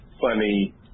funny